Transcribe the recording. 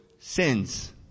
sins